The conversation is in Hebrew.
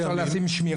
אז אי אפשר לשים שמירה?